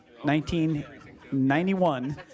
1991